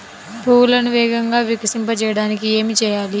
పువ్వులను వేగంగా వికసింపచేయటానికి ఏమి చేయాలి?